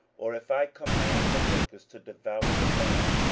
or if i command the locusts to devour the land,